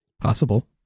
Possible